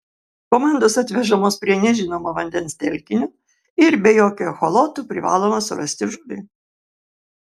komandos atvežamos prie nežinomo vandens telkinio ir be jokių echolotų privaloma surasti žuvį